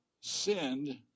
sinned